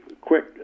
quick